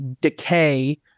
decay